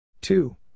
Two